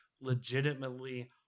legitimately